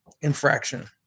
infraction